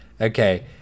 Okay